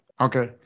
Okay